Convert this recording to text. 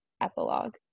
epilogue